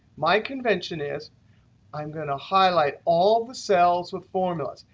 my convention is i'm going to highlight all the cells with formulas.